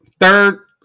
third